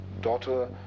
daughter